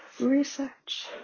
research